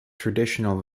traditional